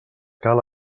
cal